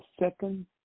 second